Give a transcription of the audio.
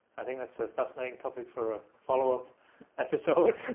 i think that's a fascinating topic for a follow-up episode.